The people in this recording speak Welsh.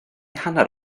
hanner